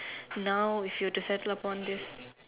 now if you were to settle upon on this